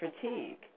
fatigue